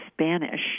Spanish